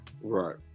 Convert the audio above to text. Right